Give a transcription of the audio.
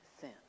Sin